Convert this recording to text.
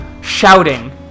shouting